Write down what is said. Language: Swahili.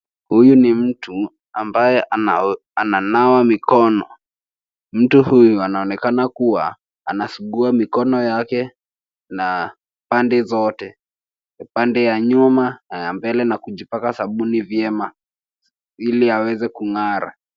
Huyu ni mtu ambaye ananawa mikono. Mtu huyu anaonekana kuwa anasugua mikono yake na pande zote, upande ya nyuma na ya mbele na kujipaka sabuni vyema ili aweze kung'ara.